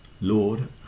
Lord